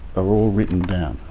they're all written down,